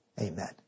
amen